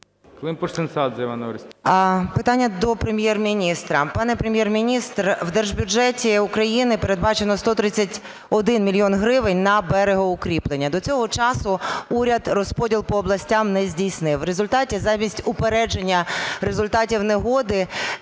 Питання до Прем'єр-міністра. Пане Прем'єр-міністр, в держбюджеті України передбачено 131 мільйон гривень на берегоукріплення. До цього часу уряд розподіл по областях не здійснив, в результаті, замість упередження результатів негоди